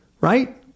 right